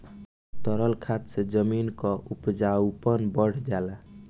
तरल खाद से जमीन क उपजाऊपन बढ़ जाला